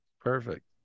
Perfect